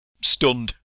stunned